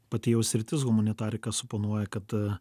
pati jau sritis humanitariką suponuoja kad